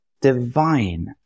divine